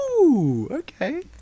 okay